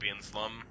slum